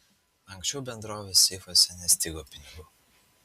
anksčiau bendrovės seifuose nestigo pinigų